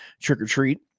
trick-or-treat